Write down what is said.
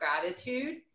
gratitude